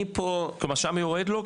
כלומר שם יורד לו,